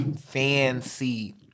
Fancy